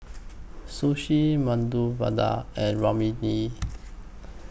Sushi Medu Vada and Vermicelli